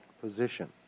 position